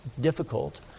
difficult